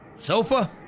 Sofa